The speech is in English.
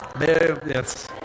Yes